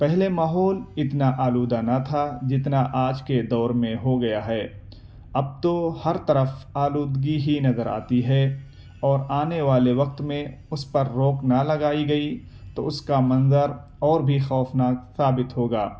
پہلے ماحول اتنا آلودہ نا تھا جتنا آج کے دور میں ہوگیا ہے اب تو ہر طرف آلودگی ہی نظر آتی ہے اور آنے والے وقت میں اس پر روک نہ لگائی گئی تو اس کا منظر اور بھی خوفناک ثابت ہوگا